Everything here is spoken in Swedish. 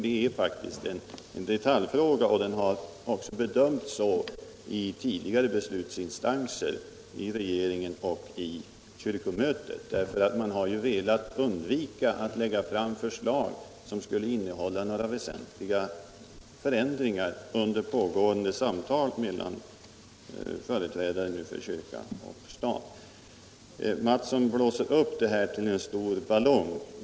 Det är faktiskt en detaljfråga, och den har också bedömts som en sådan i tidigare beslutsinstanser — av regeringen och av kyrkomötet. Man har under pågående samtal mellan företrädare för kyrkan och staten velat undvika att lägga fram förslag som innehåller några väsentliga förändringar. Herr Mattsson blåser upp det här till en stor ballong.